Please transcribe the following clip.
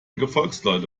gefolgsleute